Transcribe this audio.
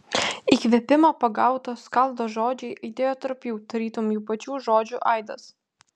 įkvėpimo pagauto skaldo žodžiai aidėjo tarp jų tarytum jų pačių žodžių aidas